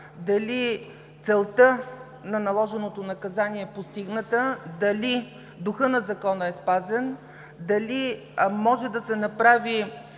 дали целта на наложеното наказание е постигната, дали духът на Закона е спазен, дали може да се направи,